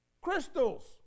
Crystals